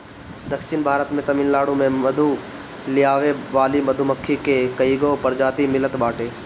दक्षिण भारत के तमिलनाडु में मधु लियावे वाली मधुमक्खी के कईगो प्रजाति मिलत बावे